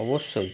অবশ্যই